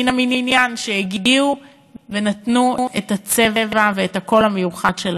מן המניין שהגיעו ונתנו את הצבע והקול המיוחד שלהם.